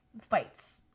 fights